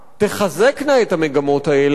תחזק את המגמות האלה,